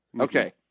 Okay